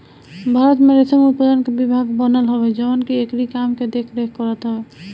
भारत में रेशम उत्पादन के विभाग बनल हवे जवन की एकरी काम के देख रेख करत हवे